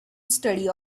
study